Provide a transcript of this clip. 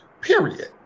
period